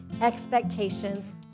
expectations